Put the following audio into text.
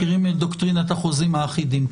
מכירים את דוקטרינת החוזים האחידים.